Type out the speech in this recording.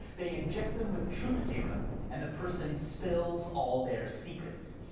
they inject them with truth serum, and the person spills all their secrets.